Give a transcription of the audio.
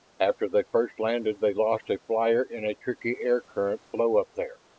after they first landed they lost a flyer in a tricky air-current flow up there.